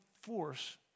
force